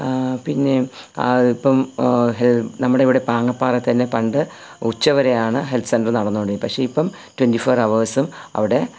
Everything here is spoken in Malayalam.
പിന്നെ ഇപ്പം ഹെ നമ്മുടെ ഇവിടെ പാങ്ങപ്പാറയിൽത്തന്നെ പണ്ട് ഉച്ചവരെയാണ് ഹെൽത്ത് സെൻറ്റർ നടന്നു കൊണ്ടിരുന്നത് പക്ഷേ ഇപ്പം ട്വൻറ്റി ഫോർ അവേഴ്സും അവിടെ